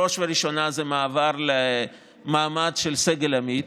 בראש ובראשונה זה המעבר למעמד של סגל עמית.